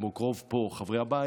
כמו רוב חברי הבית פה,